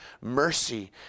mercy